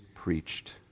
preached